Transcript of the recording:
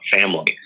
family